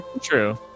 True